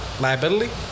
liability